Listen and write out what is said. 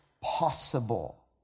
possible